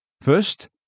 First